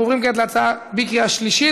אנחנו עוברים כרגע להצבעה בקריאה שלישית,